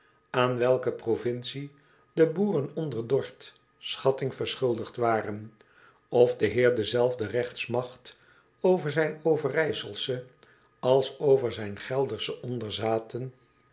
aan welke provincie de boeren onder dorth schatting verschuldigd waren of den heer dezelfde regtsmagt over zijn overijselsche als over zijn geldersche